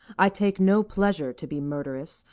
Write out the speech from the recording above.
i take no pleasure to be murderous,